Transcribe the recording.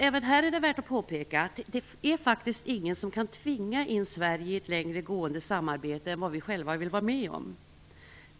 Även här är det värt att påpeka att ingen faktiskt kan tvinga in Sverige i ett längre gående samarbete än vad vi själva vill vara med om.